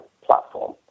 platform